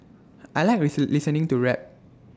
I Like listen listening to rap